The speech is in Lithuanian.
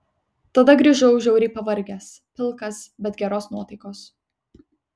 tada grįžau žiauriai pavargęs pilkas bet geros nuotaikos